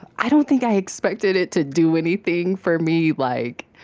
i don't think i expected it to do anything for me, like,